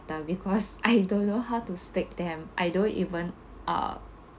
because I don't know how to speak them I don't even uh